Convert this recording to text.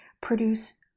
produce